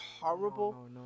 horrible